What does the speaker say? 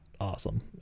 awesome